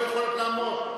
לא יכולות לעמוד.